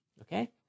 okay